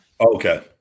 Okay